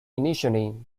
initially